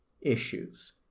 issues